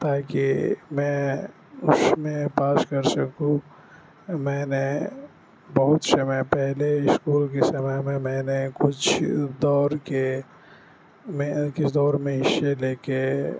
تاکہ میں اس میں پاس کر سکوں میں نے بہت سمے پہلے اسکول کے سمے میں میں نے کچھ دوڑ کے میں کہ دوڑ میں حصے لے کے